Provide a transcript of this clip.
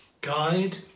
guide